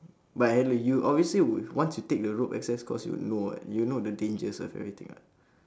but you obviously would want to take the rope access course you would know what you'll know the dangers of everything [what]